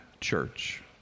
Church